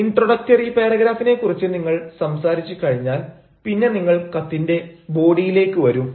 introductory പാരഗ്രാഫിനെ കുറിച്ച് നിങ്ങൾ സംസാരിച്ചു കഴിഞ്ഞാൽ പിന്നെ നിങ്ങൾ കത്തിന്റെ ബോഡിയിലേക്ക് വരും